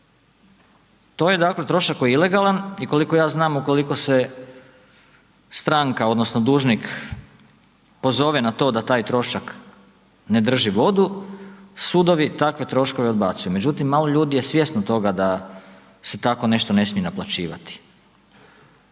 To je dakle trošak koji je ilegalan i koliko ja znam ukoliko se stranka odnosno dužnik pozove na to da taj trošak ne drži vodu, sudovi takve troškove odbacuju. Međutim, malo ljudi je svjesno toga da se takvo nešto ne smije naplaćivati.